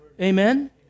Amen